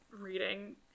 reading